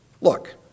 Look